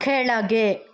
ಕೆಳಗೆ